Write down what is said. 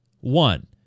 One